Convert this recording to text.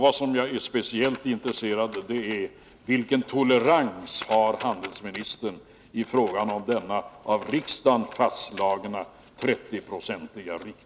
Vad jag är speciellt intresserad av är vilken tolerans handelsministern har i fråga om denna av riksdagen fastslagna 30-procentiga riktpunkt.